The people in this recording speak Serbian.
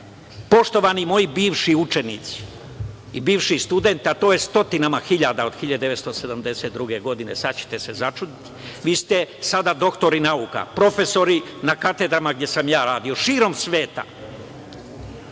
poštovani moji bivši učenici i bivši studenti, a to je stotinama hiljada od 1972. godine, sada ćete se začuditi, vi ste sada doktori nauka, profesori na katedrama gde sam ja radio, širom sveta,